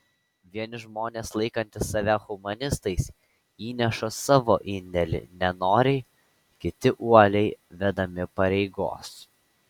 vieni žmonės laikantys save humanistais įneša savo indėlį nenoriai kiti uoliai vedami pareigos